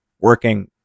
working